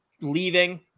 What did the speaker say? leaving